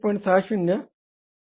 60 32